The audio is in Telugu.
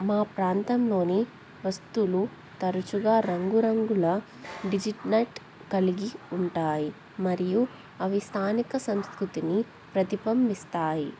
మా ప్రాంతంలోని వస్తువులు తరచుగా రంగురంగుల డిజైన్స్ కలిగి ఉంటాయి మరియు అవి స్థానిక సంస్కృతిని ప్రతిబింబిస్తాయి